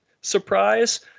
surprise